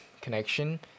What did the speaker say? connection